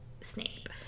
Snape